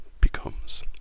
becomes